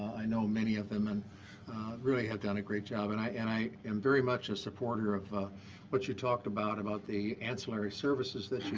i know many of them, and really have done a great job. and i and i am very much a supporter of what you talked about about the ancillary services that you